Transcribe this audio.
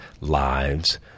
lives